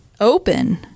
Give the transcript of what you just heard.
open